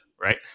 right